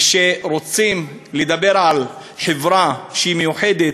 וכשרוצים לדבר על חברה שהיא מיוחדת,